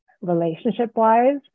relationship-wise